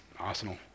arsenal